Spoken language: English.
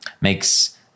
makes